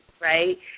right